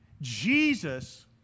Jesus